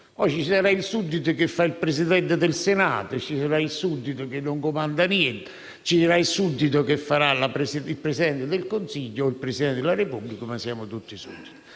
ci sarà il suddito che fa il Presidente del Senato, ci sarà il suddito che non comanda niente, quello che farà il Presidente del Consiglio o il Presidente della Repubblica, ma siamo tutti sudditi.